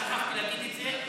שכחתי להגיד את זה.